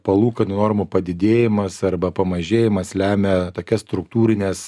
palūkanų normų padidėjimas arba pamažėjimas lemia tokias struktūrines